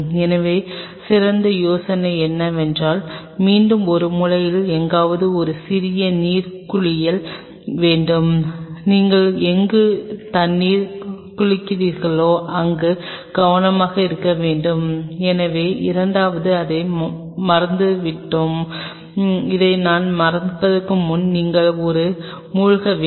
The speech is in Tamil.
எனவே சிறந்த யோசனை என்னவென்றால் மீண்டும் ஒரு மூலையில் எங்காவது ஒரு சிறிய நீர் குளியல் வேண்டும் நீங்கள் எங்கு தண்ணீர் குளிக்கிறீர்களோ அங்கு கவனமாக இருக்க வேண்டும் எனவே இரண்டாவதாக இதை மறந்துவிட்டேன் இதை நான் மறப்பதற்கு முன்பு நீங்கள் ஒரு மூழ்க வேண்டும்